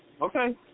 Okay